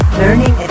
learning